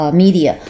media